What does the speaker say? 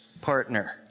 partner